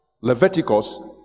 Leviticus